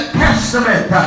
testament